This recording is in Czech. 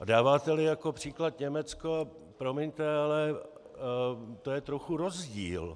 A dáváteli jako příklad Německo, promiňte, ale to je trochu rozdíl.